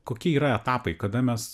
kokie yra etapai kada mes